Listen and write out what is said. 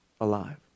alive